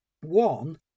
One